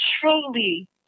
truly